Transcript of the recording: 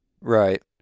Right